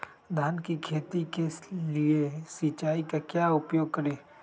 धान की खेती के लिए सिंचाई का क्या उपयोग करें?